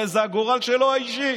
הרי זה הגורל שלו, האישי,